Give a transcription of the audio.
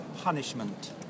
punishment